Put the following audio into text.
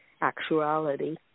actuality